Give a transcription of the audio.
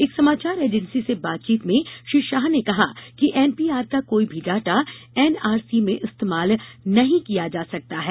एक समाचार एजेंसी से बातचीत में श्री शाह ने कहा कि एनपीआर का कोई भी डाटा एनआरसी में इस्तेमाल नहीं किया जा सकता है